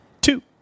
two